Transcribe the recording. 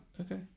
Okay